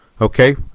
Okay